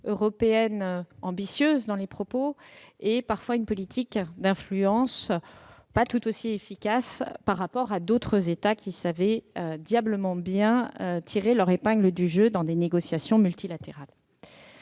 européenne ambitieuse dans les propos et sa politique d'influence, parfois moins efficace que celle d'autres États qui savaient diablement bien tirer leur épingle du jeu dans les négociations multilatérales.